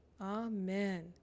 Amen